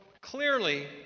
clearly